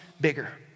bigger